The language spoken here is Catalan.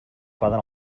poden